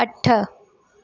अठ